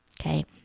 okay